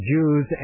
Jews